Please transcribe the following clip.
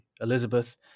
Elizabeth